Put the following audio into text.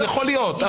יכול להיות.